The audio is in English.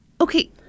okay